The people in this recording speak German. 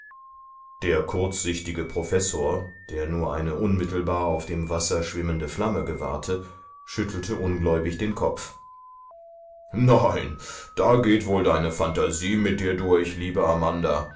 der kurzsichtige professor der nur eine unmittelbar auf dem wasser schwimmende flamme gewahrte schüttelte ungläubig den kopf nein da geht wohl deine phantasie mit dir durch liebe amanda